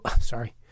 sorry